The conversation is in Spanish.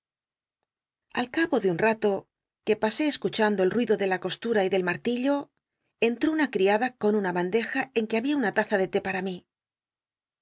al cabo de un rato que pasé escuchando el ruido de la costum y del ma rtillo cn tró una criada con una bandeja en que habia una laza de té partr nrí